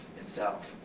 itself.